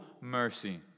mercy